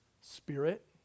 spirit